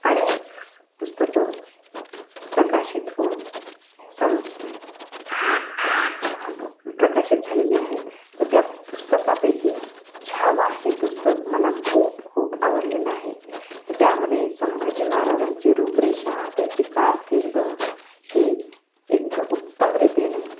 अनेक पुस्तकं प्रकाशित होऊन सं प्रकाशित झालेली आहेत तर त्या पुस्तकापैकी छावा हे पुस्तक मला खूप खूप आवडलेलं आहे तर त्यामध्ये संभाजी महाराजांची रूपरेषा त्यांची कारकिर्द ही एकदम उत्तमरीतीने